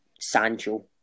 Sancho